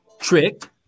tricked